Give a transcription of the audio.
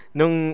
Nung